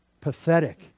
pathetic